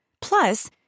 Plus